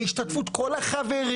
בהשתתפות כל החברים.